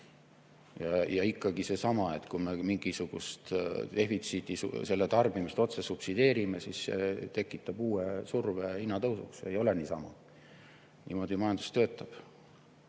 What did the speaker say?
Ja ikkagi seesama, et kui me mingisugust defitsiiti, selle tarbimist otse subsideerime, siis see tekitab uue surve hinnatõusuks. Ei ole niisama, niimoodi majandus töötab.